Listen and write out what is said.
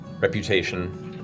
reputation